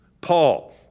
paul